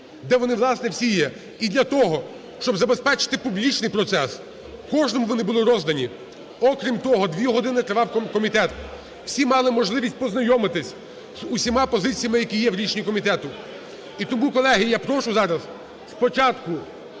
власне, всі є. І для того, щоб забезпечити публічний процес, кожному вони були роздані. Окрім того, дві години тривав комітет, всі мали можливість познайомитись з усіма позиціями, які є в рішення комітету. І тому, колеги, я прошу зараз, спочатку